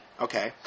Okay